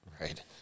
Right